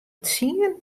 tsien